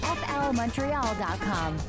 flmontreal.com